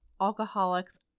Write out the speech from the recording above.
Alcoholics